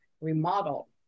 remodel